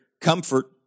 comfort